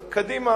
אז קדימה